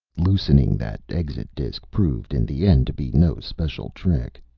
loosening that exit disc proved in the end to be no special trick.